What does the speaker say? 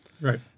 Right